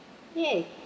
yeah